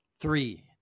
Three